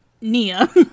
Nia